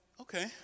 okay